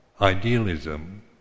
idealism